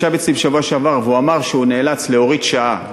ישב אצלי בשבוע שעבר והוא אמר שהוא נאלץ להוריד שעה,